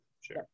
sure